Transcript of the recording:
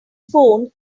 phone